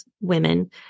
women